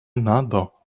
надо